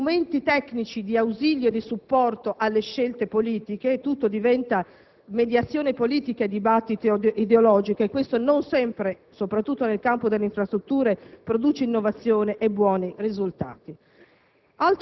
strumenti tecnici di ausilio e di supporto alle scelte politiche, tutto diventa mediazione politica e dibattito ideologico e questo, soprattutto nel campo delle infrastrutture, non sempre produce innovazione e buoni risultati.